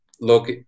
Look